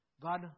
God